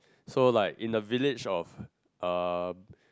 so like in the village of um